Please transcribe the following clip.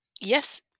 Yes